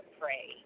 pray